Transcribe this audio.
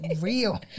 real